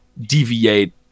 deviate